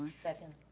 second.